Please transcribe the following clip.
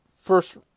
first